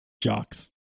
jocks